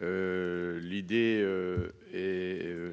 L'idée. Est.